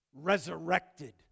resurrected